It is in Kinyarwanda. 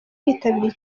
bitabiriye